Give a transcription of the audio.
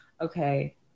Okay